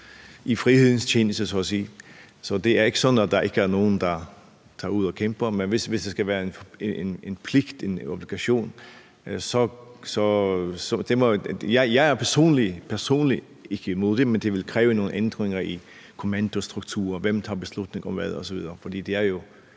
i frihedens tjeneste så at sige. Så det er ikke sådan, at der ikke er nogen, der tager ud og kæmper. Hvis det skal være en pligt, noget obligatorisk, er jeg personligt ikke imod det, men det ville kræve nogle ændringer i kommandostrukturen, i forhold til hvem der tager beslutninger om hvad, osv.